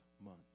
month